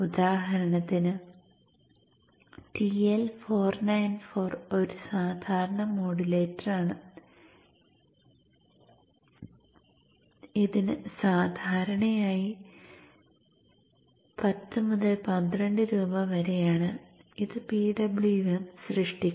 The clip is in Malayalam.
ഉദാഹരണത്തിന് TL494 ഒരു സാധാരണ മോഡുലേറ്ററാണ് ഇതിന് സാധാരണയായി 10 മുതൽ 12 രൂപ വരെയാണ് ഇത് PWM സൃഷ്ടിക്കും